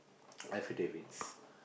affidavits